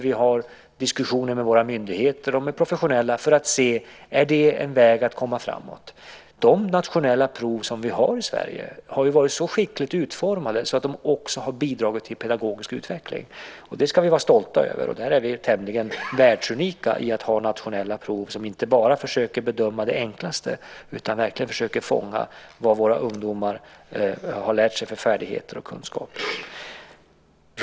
Vi har diskussioner med våra myndigheter och med professionella för att se om det är en väg att komma framåt. De nationella prov vi har i Sverige har ju varit så skickligt utformade att de också har bidragit till pedagogisk utveckling. Det ska vi vara stolta över. Vi är tämligen världsunika i att ha nationella prov som inte bara försöker bedöma det enklaste utan verkligen försöker fånga vad våra ungdomar har tillägnat sig för färdigheter och kunskaper.